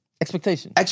Expectation